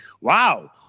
Wow